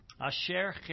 Asher